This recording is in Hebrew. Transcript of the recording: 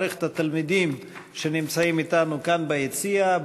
רק אברך את התלמידים שנמצאים אתנו כאן ביציע,